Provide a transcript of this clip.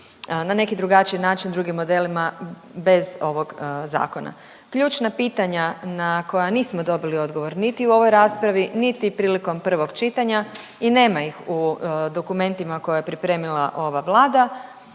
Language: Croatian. na neki drugačiji način, drugim modelima bez ovog zakona. Ključna pitanja na koja nismo dobili odgovor niti u ovoj raspravi, niti prilikom prvog čitanja i nema ih u dokumentima koje je pripremila ova Vlada.